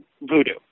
voodoo